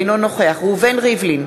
אינו נוכח ראובן ריבלין,